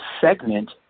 segment